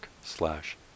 slash